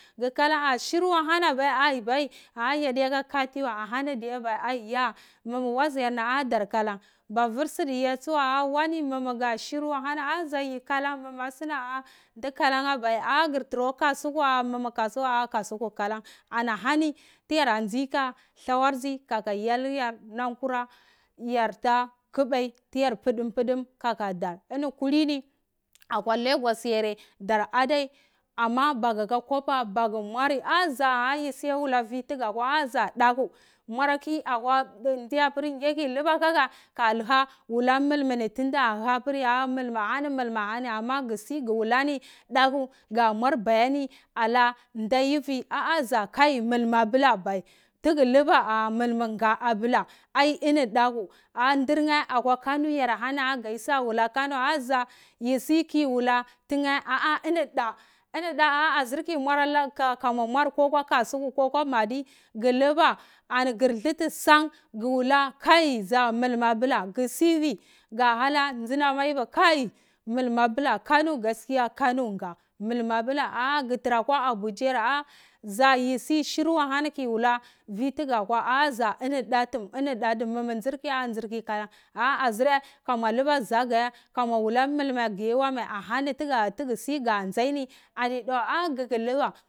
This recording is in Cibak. Chu kalan a siru ah hani wa bai yordiya kati wa aiya mumu waziyar ni ah dorkol on da vur sadiya hani tsu wane ah zai yi kalan mumu asuna ndukdon apir ka gar tana kwa kasoka amu momu hasuku kalan ani ahani tiyara ndzai ka dlawor dzi kaka yalir yar tugoro ndai putum kaka dor ini kulni akwa lagos yoradai ama gumvasi ah za yi sivi yi toh tuha wula mulmul ni tuna ha pri mul mol hani ama gu si ka wula ani dako gha mvar boyani alanda aivi ah ah nda mol mul abola abai taga laba mulmul nga abola ai ini daka aha ndur nheh akwa kano yar gai sa wala kanu wai ai za yi si ki wala tuna ai ini da ah azur ki murala kamua wula kamur muar akwa kasiko ko ka madi gu lula ani gur aluti san da ani kai za mulmul abula magu sivi ga hala ndunam aivi kai gaskiya kano nga mulmul abila ah gutara kwa abuja a yor ah za yi si shru ahani ki wula vwi tuga kwa ah zah ini da tum inidatum mimi nzur ki nzur ki kalar azurai kamuwa luka zagayalkaga mewa mulmal mai guyai ahani tugu siga ndaiz ni do a'a guwla kufa